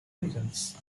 reasons